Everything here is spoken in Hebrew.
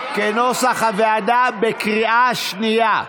בקריאה שנייה.